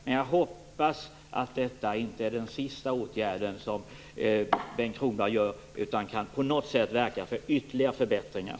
Men jag hoppas att detta inte är den sista åtgärden som Bengt Kronblad vidtar. Jag hoppas att han på något sätt kan verka för ytterligare förbättringar.